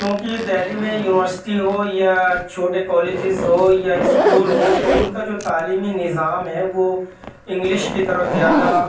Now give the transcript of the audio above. کیوںکہ دہلی میں یونیورسٹی ہوں یا چھوٹے کالجیز ہوں یا اسکول ہو تو ان کا جو تعلیمی نظام ہے وہ انگلش کی طرف زیادہ